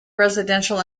residential